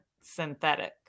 synthetic